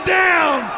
down